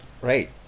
Right